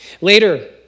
Later